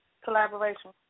Collaboration